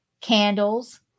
candles